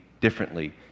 differently